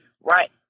Right